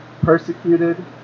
persecuted